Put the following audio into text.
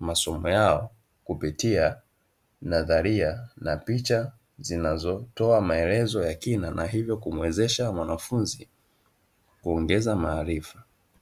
masomo yao kupitia nadharia na picha zinazotoa maelezo ya kina na hivyo kumuwezesha mwanafunzi kuongeza maarifa.